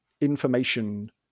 information